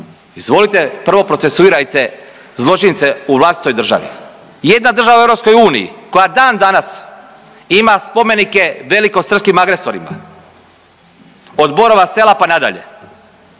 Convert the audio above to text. izvolite prvo procesuirajte zločince u vlastitoj državi, jedina država u EU koja dan danas ima spomenike velikosrpskim agresorima od Borova Sela, pa nadalje,